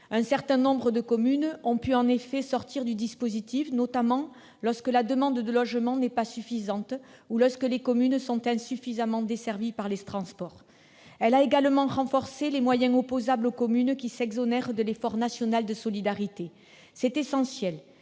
Un certain nombre de communes peuvent en effet sortir du dispositif, notamment lorsque la demande de logements n'est pas suffisante ou lorsque les communes sont insuffisamment desservies par les transports. La loi a également renforcé les moyens opposables aux communes qui s'exonèrent de l'effort national de solidarité. C'est essentiel